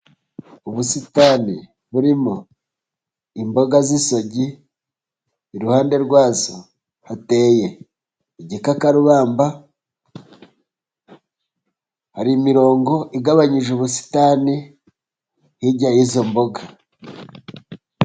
Ubusitani burimo imboga z'isogi, iruhande rwazo hateye igikakarubamba, hari imirongo igabanyije ubusitani hirya y'izo mboga.